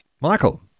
Michael